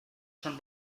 schon